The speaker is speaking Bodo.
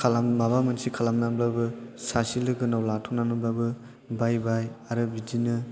माबा मोनसे खालामनानैब्लाबो सासे लोगोनाव लाथ'नानैब्लाबो बायबाय आरो बिदिनो